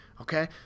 Okay